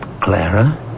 Clara